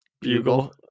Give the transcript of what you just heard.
Bugle